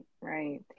right